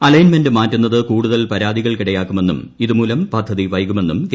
alignment മാറ്റുന്നത് കൂടുതൽ പരാതികൾക്കിടയാക്കുമെന്നും ഇതുമൂലം പദ്ധതി വൈകുമെന്നും കെ